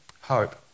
hope